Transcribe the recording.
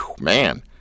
Man